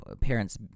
parents